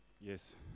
Yes